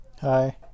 Hi